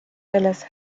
dallas